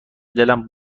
دلم